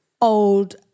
old